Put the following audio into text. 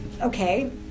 Okay